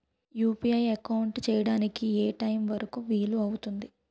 UPI activate చెయ్యడానికి ఏ time వరుకు వీలు అవుతుంది?